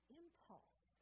impulse